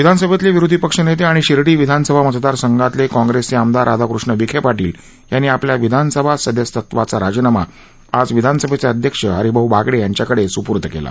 विधानसभेतले विरोधी पक्षनेते आणि शिर्डी विधानसभा मतदारसंघातले काँग्रेसचे आमदार राधाकृष्ण विखे पाटील यांनी आपल्या विधानसभा सदस्यत्वाचा राजीनामा आज विधानसभेचे अध्यक्ष हरिभाऊ बागडे यांच्याकडे स्पूर्द केला